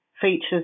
features